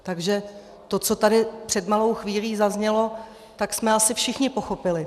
Takže to, co tady před malou chvílí zaznělo, jsme asi všichni pochopili.